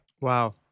Wow